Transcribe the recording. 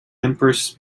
empress